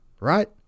right